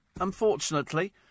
unfortunately